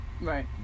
Right